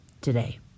today